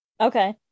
okay